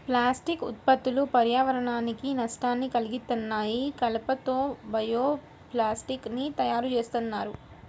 plastic ఉత్పత్తులు పర్యావరణానికి నష్టాన్ని కల్గిత్తన్నాయి, కలప తో బయో ప్లాస్టిక్ ని తయ్యారుజేత్తన్నారు